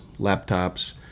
laptops